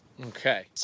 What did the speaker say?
Okay